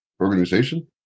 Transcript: Organization